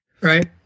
Right